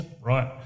right